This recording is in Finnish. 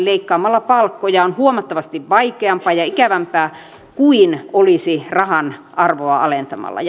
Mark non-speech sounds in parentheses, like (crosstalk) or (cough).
leikkaamalla palkkoja on huomattavasti vaikeampaa ja ikävämpää kuin olisi rahan arvoa alentamalla (unintelligible)